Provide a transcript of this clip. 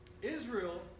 Israel